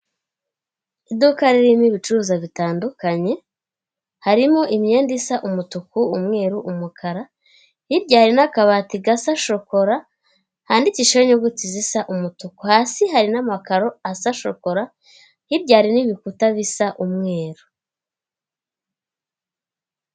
Iduka ririmo ibicuruzwa bitandukanye, harimo imyenda isa umutuku, umweru, umukara, hirya hari n'akabati gasa shokora handikishijeho inyuguti zisa umutuku, hasi hari n'amakaro asa shokora, hirya hari n'ibikuta bisa umweru.